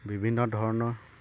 বিভিন্ন ধৰণৰ